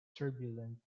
turbulent